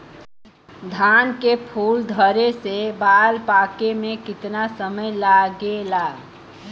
धान के फूल धरे से बाल पाके में कितना समय लागेला?